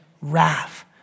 wrath